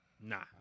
Nah